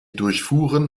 durchfuhren